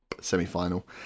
semi-final